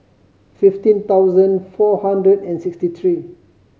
fifteen thousand four hundred and sixty three